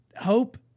hope